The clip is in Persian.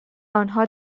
آنها